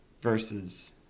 versus